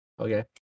Okay